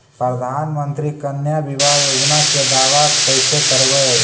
प्रधानमंत्री कन्या बिबाह योजना के दाबा कैसे करबै?